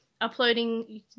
Uploading